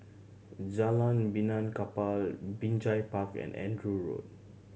Jalan Benaan Kapal Binjai Park and Andrew Road